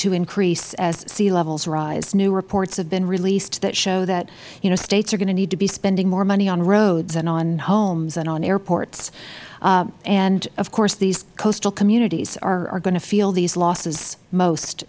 to increase as sea levels rise new reports have been released that show that you know states are going to need to be spending more money on roads and on homes and on airports and of course these coastal communities are going to feel these losses most